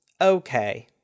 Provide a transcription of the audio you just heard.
okay